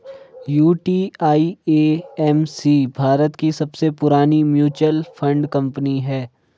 UTI AMC Bharat की सबसे पुरानी म्यूचुअल फंड कंपनी है